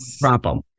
problem